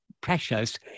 precious